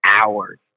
hours